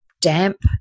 damp